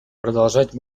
продолжать